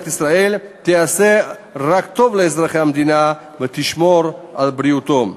ישראל תעשה רק טוב לאזרחי המדינה ותשמור על בריאותם.